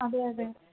അതെ അതെ